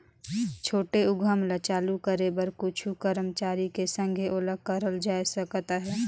छोटे उद्यम ल चालू करे बर कुछु करमचारी के संघे ओला करल जाए सकत अहे